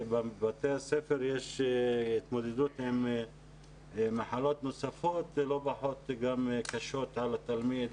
בבתי הספר יש התמודדות עם מחלות נוספות ולא פחות קשות של התלמיד,